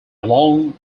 long